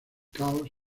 caos